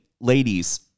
ladies